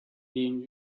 being